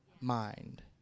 mind